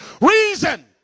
reason